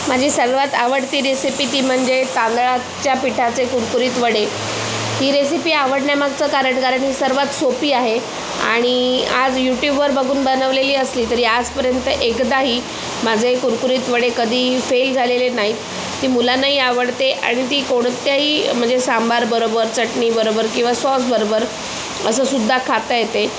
माझी सर्वात आवडती रेसिपी ती म्हणजे तांदळाच्या पिठाचे कुरकुरीत वडे ही रेसिपी आवडण्यामागचं कारण कारण ही सर्वात सोपी आहे आणि आज यूट्यूबवर बघून बनवलेली असली तरी आजपर्यंत एकदाही माझे कुरकुरीत वडे कधी फेल झालेले नाही आहेत ती मुलांनाही आवडते आणि ती कोणत्याही म्हणजे सांबार बरोबर चटणी बरोबर किंवा सॉस बरोबर असंसुद्धा खाता येते